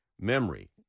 memory